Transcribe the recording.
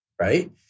right